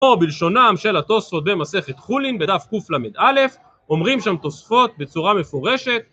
או בלשונם של התוספות במסכת חולין בדף קל"א, אומרים שם תוספות בצורה מפורשת